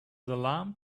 alarmed